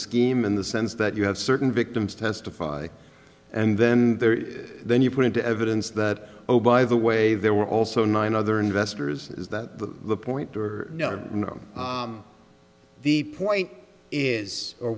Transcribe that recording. scheme in the sense that you have certain victims testify and then there is then you put into evidence that oh by the way there were also nine other investors is the point or no no the point is or